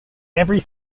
every